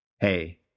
Hey